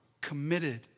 committed